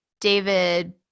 David